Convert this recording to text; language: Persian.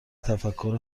تفکر